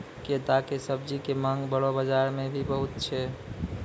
कैता के सब्जी के मांग बड़ो बाजार मॅ भी बहुत छै